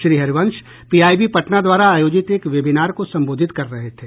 Shri Harivansh PIB Patna द्वारा आयोजित एक वेबिनार को संबोधित कर रहे थे